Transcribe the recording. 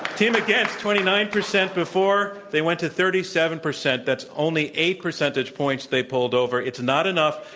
team against, twenty nine percent before, they went to thirty seven percent, that's only eight percentage points they pulled over. it's not enough.